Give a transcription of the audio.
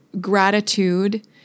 gratitude